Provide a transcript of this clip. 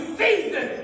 season